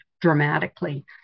dramatically